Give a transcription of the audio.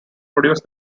produced